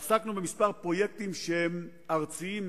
עסקנו בכמה פרויקטים ארציים,